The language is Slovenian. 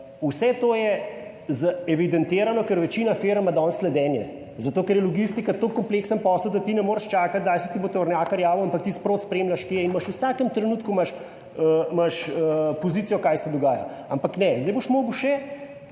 vse to je evidentirano, ker večina firm ima danes sledenje, zato, ker je logistika tako kompleksen posel, da ti ne moreš čakati, kdaj se ti bo tovornjak javil, ampak ti sproti spremljaš, kje imaš, v vsakem trenutku imaš pozicijo kaj se dogaja. Ampak ne, zdaj boš mogel še,